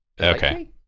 Okay